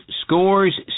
scores